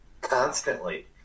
constantly